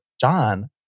John